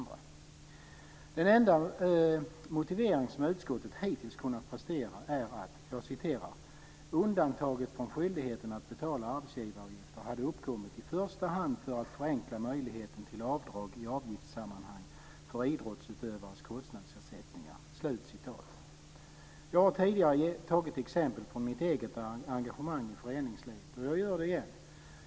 Den enda motivering som utskottet hittills har presterat är att "undantaget från skyldigheten att betala arbetsgivaravgifter hade uppkommit i första hand för att förenkla möjligheten till avdrag i avgiftssammanhang för idrottsutövares kostnadsersättningar". Jag har tidigare tagit exempel från mitt egna engagemang i föreningslivet. Jag gör det igen.